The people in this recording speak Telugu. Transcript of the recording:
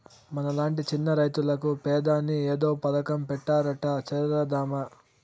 మనలాంటి చిన్న రైతులకు పెదాని ఏదో పథకం పెట్టారట చేరదామా